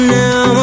now